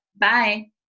Bye